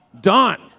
done